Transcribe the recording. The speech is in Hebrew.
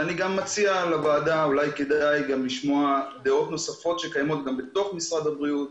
אני גם מציע לוועדה לשמוע דעות נוספות שקיימות בתוך משרד הבריאות.